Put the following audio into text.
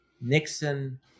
Nixon